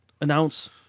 announce